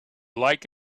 like